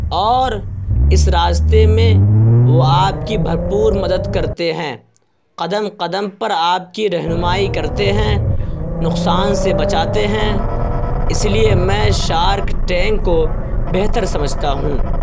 اور اس راستے میں وہ آپ کی بھرپور مدد کرتے ہیں قدم قدم پر آپ کی رہنمائی کرتے ہیں نقصان سے بچاتے ہیں اس لیے میں شارک ٹینک کو بہتر سمجھتا ہوں